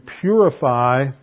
purify